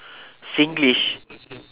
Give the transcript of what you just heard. singlish